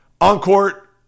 on-court